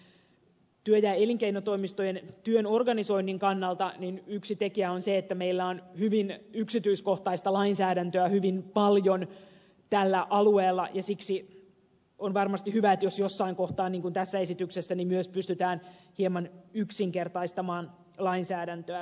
työ ja elinkeinotoimistojen työn organisoinnin kannalta yksi tekijä on se että meillä on hyvin yksityiskohtaista lainsäädäntöä hyvin paljon tällä alueella ja siksi on varmasti hyvä jos jossain kohtaa niin kuin tässä esityksessä myös pystytään hieman yksinkertaistamaan lainsäädäntöä